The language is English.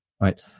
Right